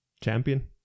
Champion